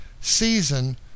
season